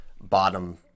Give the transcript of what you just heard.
bottom